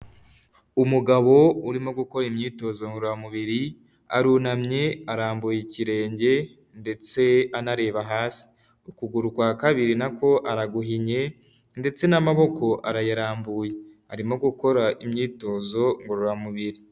Umugabo urimo gukora imyitozo ngororamubiri, arunamye arambuye ikirenge, ndetse anareba hasi, ukuguru kwa kabiri nako araguhinye ndetse n'amaboko arayarambuye, arimo gukora imyitozo ngororamubiri.